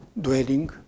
dwelling